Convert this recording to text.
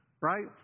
Right